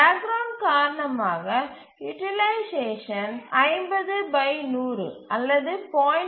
போர் ground காரணமாக utilization 50100 அல்லது 0